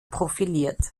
profiliert